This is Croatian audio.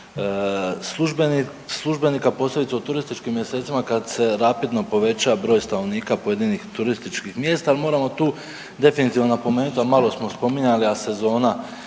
službenika, posebice u turističkim mjesecima kad se rapidno poveća broj stanovnika pojedinih turističkih mjesta. Moramo tu definitivno napomenut, a malo smo spominjali, a sezona